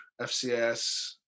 fcs